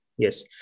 Yes